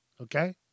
Okay